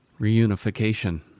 reunification